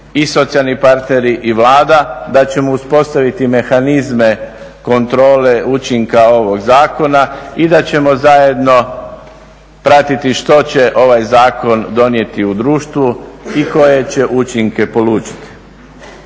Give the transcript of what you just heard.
i socijalni partneri i Vlada, da ćemo uspostaviti mehanizme, kontrole učinka ovog Zakona i da ćemo zajedno pratiti što će ovaj Zakon donijeti u društvu i koje će učinke polučiti.